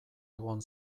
egon